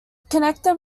connected